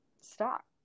stop